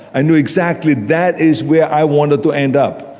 i knew exactly that is where i wanted to end up.